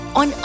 on